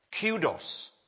kudos